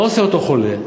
מה עושה אותו חולה?